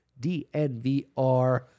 DNVR